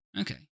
Okay